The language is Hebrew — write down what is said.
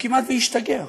הוא כמעט השתגע,